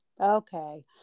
Okay